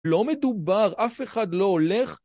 ‫לא מדובר, אף אחד לא הולך.